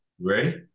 Ready